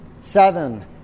seven